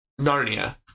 Narnia